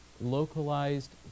localized